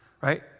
Right